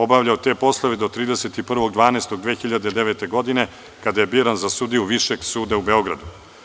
Obavljao je te poslove do 31.12.2009. godine, kada je biran za sudiju Višeg suda u Beogradu.